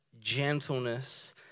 gentleness